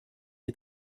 est